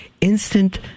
instant